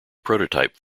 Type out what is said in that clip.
prototype